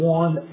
one